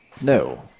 No